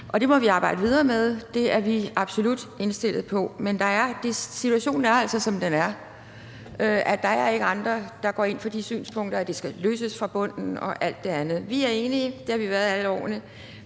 det må vi arbejde videre med, det er vi absolut indstillet på, men situationen er altså, som den er, nemlig at der ikke er andre, der har det synspunkt, at det skal løses fra bunden og alt det andet. Vi er enige, og vi har ment det alle årene,